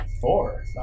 four